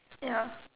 ya